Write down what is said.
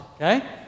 okay